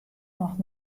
noch